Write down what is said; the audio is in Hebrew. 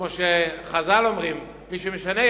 כמו שחז"ל אומרים: מי שמשנה,